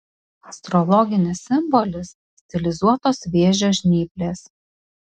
astrologinis simbolis stilizuotos vėžio žnyplės